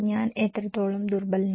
ഞാൻ എത്രത്തോളം ദുർബലനാണ്